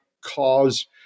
cause